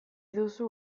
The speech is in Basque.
duzu